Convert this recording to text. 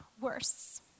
worse